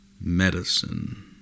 medicine